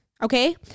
Okay